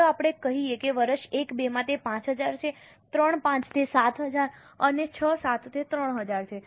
ચાલો આપણે કહીએ કે વર્ષ 1 2 માં તે 5000 છે 3 5 તે 7000 અને 6 7 તે 3000 છે